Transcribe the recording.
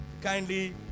Kindly